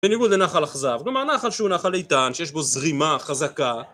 בניגוד לנחל אכזב, כלומר נחל שהוא נחל איתן שיש בו זרימה חזקה